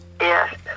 Yes